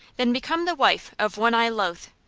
than become the wife of one i loathe.